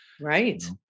Right